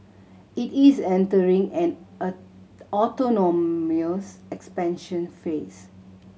it is entering an autonomous expansion phase